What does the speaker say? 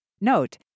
Note